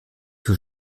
que